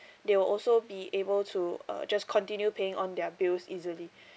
they will also be able to uh just continue paying on their bills easily